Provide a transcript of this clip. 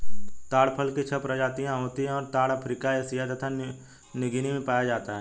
ताड़ फल की छह प्रजातियाँ होती हैं और ताड़ अफ्रीका एशिया तथा न्यूगीनी में पाया जाता है